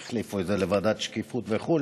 החליפו את זה לוועדת שקיפות וכו'